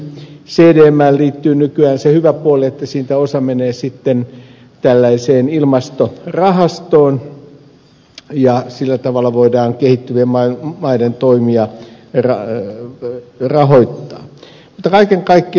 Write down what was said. cdmään liittyy nykyään se hyvä puoli että siitä osa menee sitten tällaiseen ilmastorahastoon ja sillä tavalla voidaan kehittyvien maiden toimia rahoittaa